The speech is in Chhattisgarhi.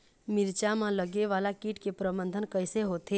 मिरचा मा लगे वाला कीट के प्रबंधन कइसे होथे?